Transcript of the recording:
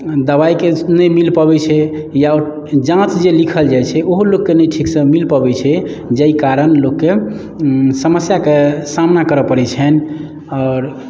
दबाइ के नहि मिल पबै छै या ओ जाँच जे लिखल जाइ छै ओहो लोक के नहि ठीक सऽ मिल पबै छै जाहि कारण लोक के समस्या के सामना करऽ पड़ै छनि आओर